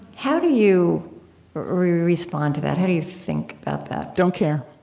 how do you respond to that? how do you think about that? don't care